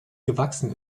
gewachsen